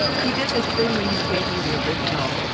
he did this thing when he gave me the original.